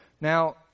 Now